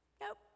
Nope